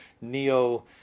neo